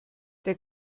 der